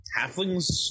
Halflings